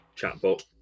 chatbot